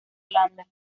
holanda